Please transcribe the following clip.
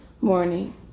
morning